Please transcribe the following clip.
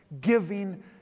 giving